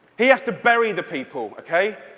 he has to bury the people, ok?